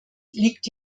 liegt